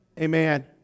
Amen